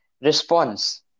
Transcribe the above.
response